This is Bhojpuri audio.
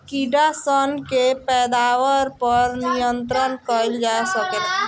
कीड़ा सन के पैदावार पर नियंत्रण कईल जा सकेला